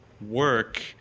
work